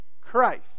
Christ